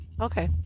Okay